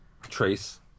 trace